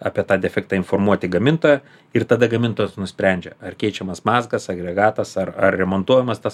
apie tą defektą informuoti gamintoją ir tada gamintojas nusprendžia ar keičiamas mazgas agregatas ar ar remontuojamas tas